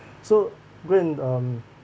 so go and um